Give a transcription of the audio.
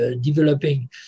developing